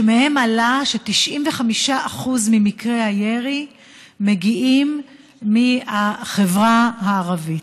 שמהם עלה ש-95% ממקרי הירי מגיעים מהחברה הערבית.